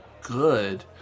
good